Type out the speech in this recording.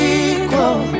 equal